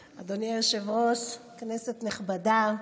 היושב-ראש, כנסת נכבדה,